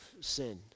sin